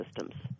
systems